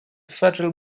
federal